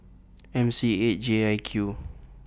M C eight J I Q